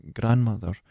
grandmother